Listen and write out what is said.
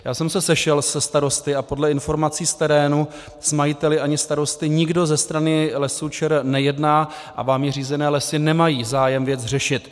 Já jsem se sešel se starosty a podle informací z terénu s majiteli ani starosty nikdo ze strany Lesů ČR nejedná a vámi řízené Lesy ČR nemají zájem věc řešit.